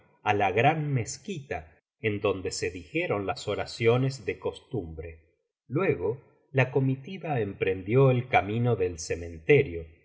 á la gran mezquita en donde se dijeron las oraciones de costumbre luego la comitiva emprendió el camino del cementerio